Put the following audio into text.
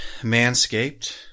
Manscaped